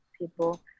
people